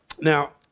Now